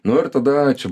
nu ir tada čia